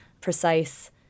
precise